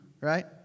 Right